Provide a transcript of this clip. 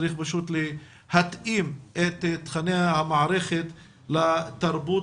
צריך פשוט להתאים את תכני המערכת לתרבות